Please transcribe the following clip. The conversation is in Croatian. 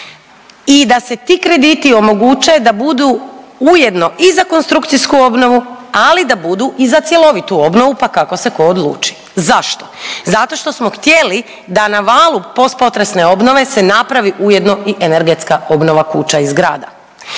i da se ti krediti omoguće da budu ujedno i za konstrukcijsku obnovu, ali da budu i za cjelovitu obnovu, pa kako se ko odluči. Zašto? Zato što smo htjeli da na valu postpotresne obnove se napravi ujedno i energetska obnova kuća i zgrada.